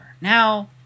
now